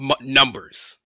numbers